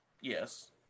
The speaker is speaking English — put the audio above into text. yes